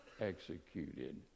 executed